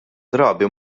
drabi